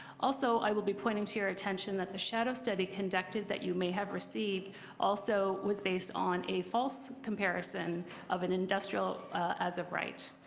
also, i will be pointing your attention that the shadow study conducted that you may have received also was based on a falling comparison of an industrial as of right.